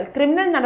Criminal